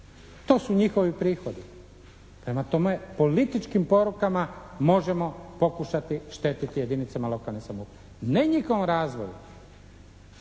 to su njihovi prihodi. Prema tome, političkim porukama možemo pokušati štetiti jedinicama lokalne samouprave. Ne njihovom razvoju